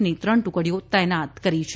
ની ત્રણ ટુકડીઓ તૈનાત કરી છે